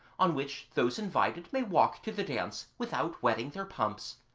on which those invited may walk to the dance without wetting their pumps.